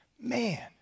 Man